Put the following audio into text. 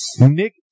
Nick